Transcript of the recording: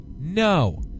No